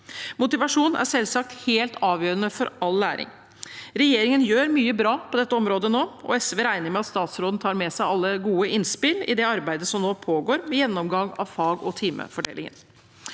Motivasjon er selvsagt helt avgjørende for all læring. Regjeringen gjør mye bra på dette området nå, og SV regner med at statsråden tar med seg alle gode innspill i det arbeidet som nå pågår med gjennomgang av fag og timefordeling.